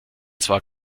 zwar